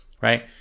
Right